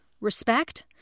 respect